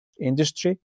industry